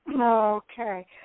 Okay